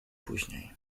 później